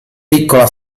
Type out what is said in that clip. piccola